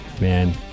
Man